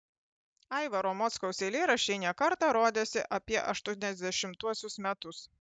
aivaro mockaus eilėraščiai ne kartą rodėsi apie aštuoniasdešimtuosius metus